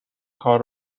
کار